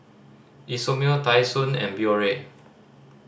Isomil Tai Sun and Biore